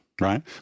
Right